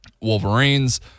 Wolverines